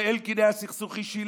לאלקין היה סכסוך אישי,